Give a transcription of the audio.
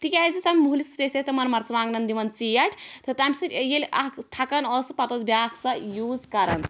تِکیٛازِ تَمہِ مُہلہِ سۭتۍ ٲسۍ أسۍ تِمن مَرژٕوانٛگنَن دِوان ژیٹھ تہٕ تَمہِ سۭتۍ ییٚلہِ اکھ تھکان اوس تہٕ پَتہٕ اوس بیٛاکھ سۄ یوٖز کَران